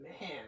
man